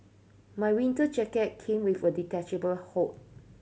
my winter jacket came with a detachable hood